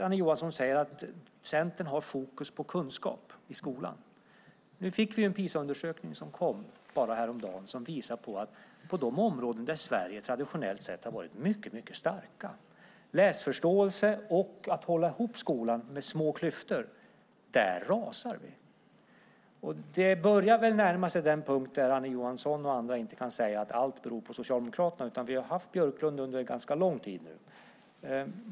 Annie Johansson säger att Centern har fokus på kunskap i skolan. Häromdagen kom en PISA-undersökning som visar att Sverige rasar på de områden där vi traditionellt har varit mycket starka, läsförståelse och att hålla ihop skolan genom att ha små klyftor. Det börjar närma sig den punkt då Annie Johansson och andra inte längre kan säga att allt beror på Socialdemokraterna. Vi har haft Björklund under en ganska lång tid.